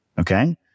okay